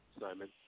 Simon